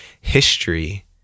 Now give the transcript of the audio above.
history